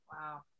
Wow